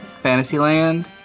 Fantasyland